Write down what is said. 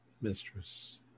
mistress